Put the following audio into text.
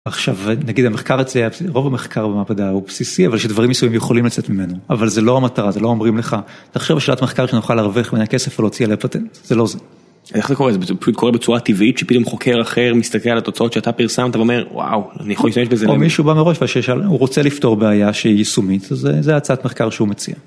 עכשיו, נגיד המחקר אצלי היה פס... רוב המחקר במעבדה הוא בסיסי, אבל שדברים מסוימים יכולים לצאת ממנו. אבל זה לא המטרה, זה לא אומרים לך, תחשב על שאלת מחקר שנוכל להרוויח ממנה כסף או להוציא עליה פלטנט, זה לא זה. איך זה קורה? זה פשוט קורה בצורה טבעית, שפתאום חוקר אחר מסתכל על התוצאות שאתה פרסמת ואומר, וואו, אני יכול להשתמש בזה? או מישהו בא מראש והוא רוצה לפתור בעיה שהיא יישומית, אז זו הצעת מחקר שהוא מציע.